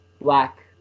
black